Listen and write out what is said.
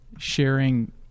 Sharing